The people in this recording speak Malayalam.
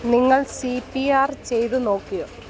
നിങ്ങൾ സി പി ആർ ചെയ്തുനോക്കിയോ